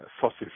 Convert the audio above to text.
fossil